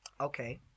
okay